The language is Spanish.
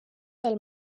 del